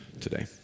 today